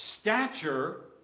stature